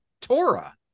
Torah